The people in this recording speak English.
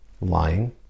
lying